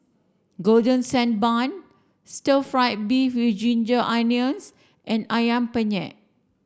golden sand bun stir fry beef with ginger onions and Ayam Penyet